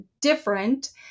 different